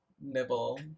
nibble